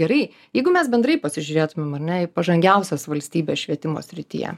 gerai jeigu mes bendrai pasižiūrėtumėm ar ne į pažangiausias valstybes švietimo srityje